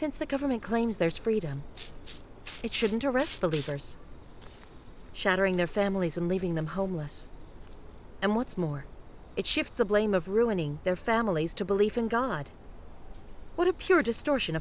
since the government claims there is freedom it shouldn't arrest believers shattering their families and leaving them homeless and what's more it shifts the blame of ruining their families to belief in god what a pure distortion